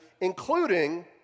including